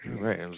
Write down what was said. right